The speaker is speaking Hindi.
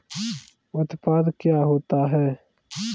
उत्पाद क्या होता है?